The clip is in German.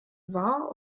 war